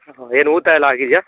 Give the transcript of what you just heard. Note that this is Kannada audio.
ಹ್ಞೂ ಹ್ಞೂ ಏನು ಊತ ಎಲ್ಲ ಆಗಿದೆಯಾ